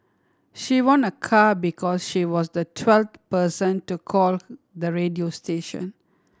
she won a car because she was the twelfth person to call the radio station